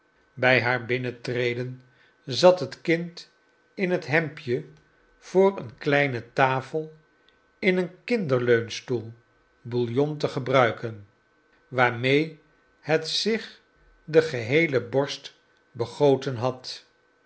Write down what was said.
bij haar binnentreden zat het kind in het hemdje voor een kleine tafel in een kinderleunstoel bouillon te gebruiken waarmee het zich de geheele borst begoten had